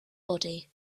body